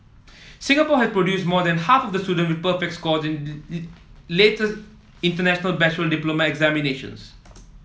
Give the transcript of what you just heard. Singapore has produced more than half of the student with perfect scores in latest International Baccalaureate diploma examinations